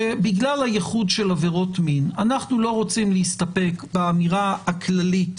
שבגלל הייחוד של עבירות מין אנחנו לא רוצים להסתפק באמירה הכללית